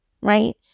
right